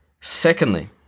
Secondly